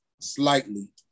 slightly